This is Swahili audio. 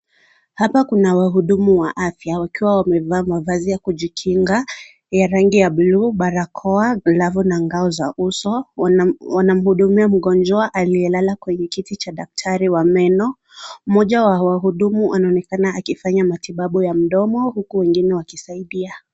Hapa kuna wahudumu wa afya wakiwa wamevaa mavazi ya kujikinga ya rangi ya bluu, barakoa , glavu na ngao za uso, wanahudumia mgonjwa aliyelala kwenye kiti cha daktari wa meno . Mmoja wa wahudumu anaonekana akifanya matibabu ya mdomo huku wengine wakisaidia.